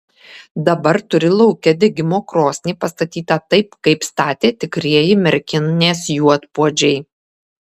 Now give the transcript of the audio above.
dabar turi lauke degimo krosnį pastatytą taip kaip statė tikrieji merkinės juodpuodžiai